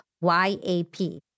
Y-A-P